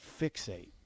fixate